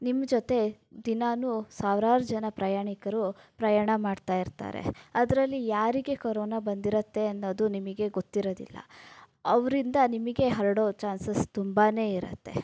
ನಿಮ್ಮ ಜೊತೆ ದಿನಾಲೂ ಸಾವಿರಾರು ಜನ ಪ್ರಯಾಣಿಕರು ಪ್ರಯಾಣ ಮಾಡ್ತಾ ಇರ್ತಾರೆ ಅದರಲ್ಲಿ ಯಾರಿಗೆ ಕೊರೋನ ಬಂದಿರತ್ತೆ ಅನ್ನೋದು ನಿಮಗೆ ಗೊತ್ತಿರೋದಿಲ್ಲ ಅವರಿಂದ ನಿಮಗೆ ಹರಡೋ ಚಾನ್ಸಸ್ ತುಂಬಾನೇ ಇರತ್ತೆ